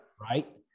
right